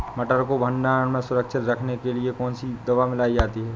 मटर को भंडारण में सुरक्षित रखने के लिए कौन सी दवा मिलाई जाती है?